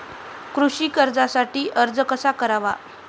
कृषी कर्जासाठी अर्ज कसा करावा?